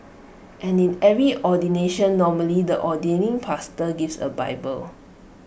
and in every ordination normally the ordaining pastor gives A bible